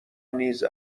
نیز